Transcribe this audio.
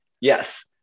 yes